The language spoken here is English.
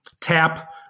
Tap